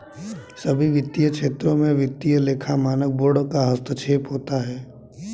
सभी वित्तीय क्षेत्रों में वित्तीय लेखा मानक बोर्ड का हस्तक्षेप होता है